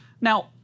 Now